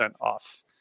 off